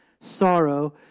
sorrow